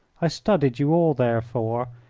i studied you all, therefore,